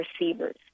receivers